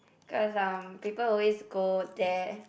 cause um people always go there